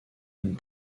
une